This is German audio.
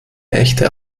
echte